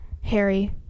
Harry